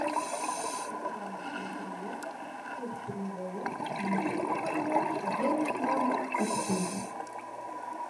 ekrano tvenkinyje ir piniavoje maudyklų vanduo higienos normas atitinka